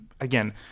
again